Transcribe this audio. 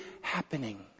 happening